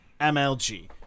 MLG